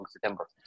September